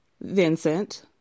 Vincent